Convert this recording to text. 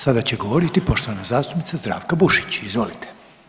Sada će govoriti poštovana zastupnica Zdravka Bušić, izvolite.